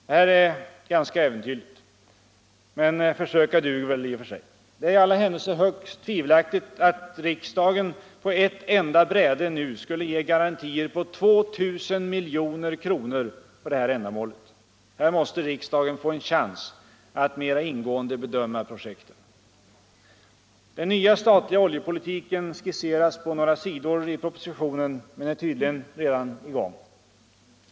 Detta är ganska äventyrligt. Men försöka duger väl i och för sig. Det är i alla händelser högst tvivelaktigt att riksdagen på ett enda bräde nu skulle ge garantier på 2000 milj.kr. för detta ändamål. Här måste riksdagen få en chans att mera ingående bedöma projekten. Den nya statliga oljepolitiken skisseras på några sidor i propositionen men är tydligen redan i gång.